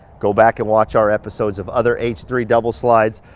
go back and watch our episodes of other h three double slides.